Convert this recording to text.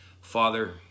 Father